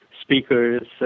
speakers